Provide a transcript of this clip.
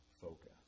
focus